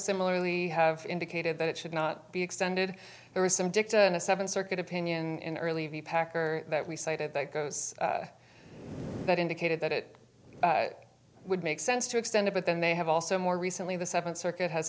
similarly have indicated that it should not be extended there is some dicta in the seventh circuit opinion in early v packer that we cited that goes that indicated that it would make sense to extend it but then they have also more recently the seventh circuit has